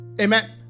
amen